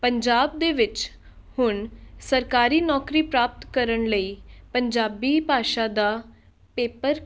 ਪੰਜਾਬ ਦੇ ਵਿੱਚ ਹੁਣ ਸਰਕਾਰੀ ਨੌਕਰੀ ਪ੍ਰਾਪਤ ਕਰਨ ਲਈ ਪੰਜਾਬੀ ਭਾਸ਼ਾ ਦਾ ਪੇਪਰ